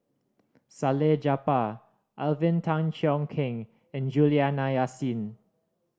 Salleh Japar Alvin Tan Cheong Kheng and Juliana Yasin